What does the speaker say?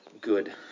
good